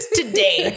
today